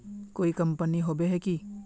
कोई कंपनी होबे है की?